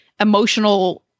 emotional